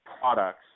products